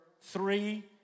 three